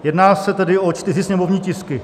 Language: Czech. Jedná se tedy o čtyři sněmovní tisky.